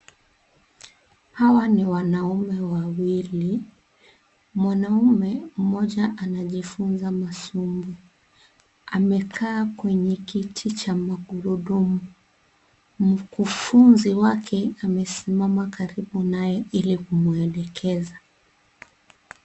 Hawa ni wanaume wawili. Mwanaume mmoja anajifunza masumbu. Amekaa kwenye kiti cha magurudumu. Mkufunzi wake amesimama karibu naye Ili kumwelekeza.